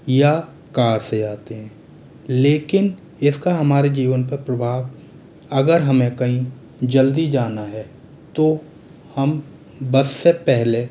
या कार से जाते हैं लेकिन इसका हमारे जीवन पर प्रभाव अगर हमें कहीं जल्दी जाना है तो हम बस से पहले